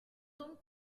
donc